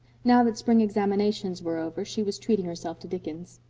now that spring examinations were over she was treating herself to dickens.